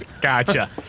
Gotcha